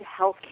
healthcare